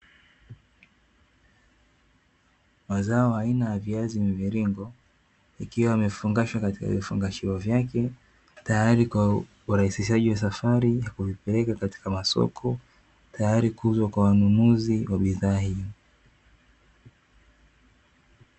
Mazao aina ya viazi mviringo ikiwa amefungashwa katika vifungashio vyake tayari kwa urahisishaji wa safari ya kuvipeleka katika masoko tayari kuuzwa kwa wanunuzi wa bidhaa hii